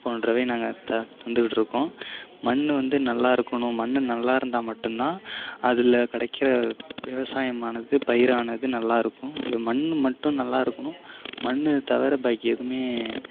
போன்றவை நாங்கள் தந்துக்கிட்டுருக்கோம் மண் வந்து நல்லா இருக்கணும் மண் நல்லா இருந்தால் மட்டும் தான் அதில் கிடைக்கிற விவசாயமானது பயிரானது நல்லா இருக்கும் இது மண் மட்டும் நல்லா இருக்கணும் மண் தவிர பாக்கி எதுவுமே